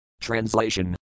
Translation